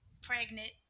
pregnant